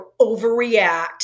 overreact